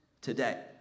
today